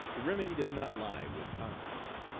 the remedy does not lie with congress.